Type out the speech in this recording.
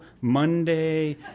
Monday